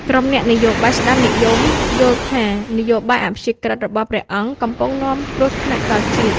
ក្រុមអ្នកនយោបាយស្តាំនិយមយល់ថា នយោបាយអព្យាក្រឹតរបស់ព្រះអង្គកំពុងនាំគ្រោះថ្នាក់ដល់ជាតិ។